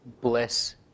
bless